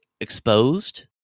exposed